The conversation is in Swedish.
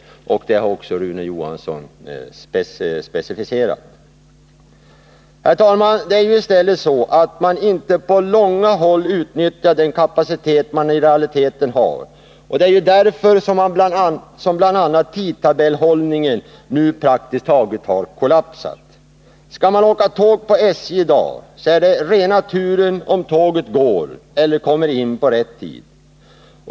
Det har också Rune Johansson specificerat. Herr talman! Det är i stället så att man inte på långt när utnyttjar den kapacitet man i realiteten har. Det är därför som bl.a. tidtabellhållningen nu praktikst taget har kollapsat. Skall man åka med SJ-tåg i dag, är det rena turen om tåget går eller kommer in på rätt tid.